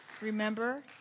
remember